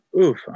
Oof